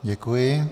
Děkuji.